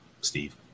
Steve